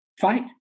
fight